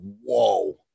whoa